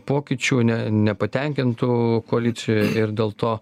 pokyčių ne nepatenkintų koalicijoje ir dėl to